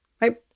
Right